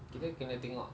kita kena tengok